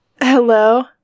Hello